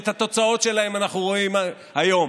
ואת התוצאות שלהם אנחנו רואים היום.